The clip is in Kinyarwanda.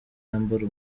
yambara